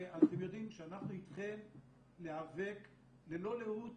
ואתם יודעים שאנחנו אתכם להיאבק ללא לאות